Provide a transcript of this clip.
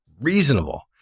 reasonable